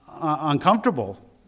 uncomfortable